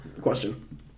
question